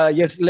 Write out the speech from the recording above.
yes